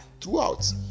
throughout